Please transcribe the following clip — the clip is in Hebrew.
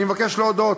אני מבקש להודות,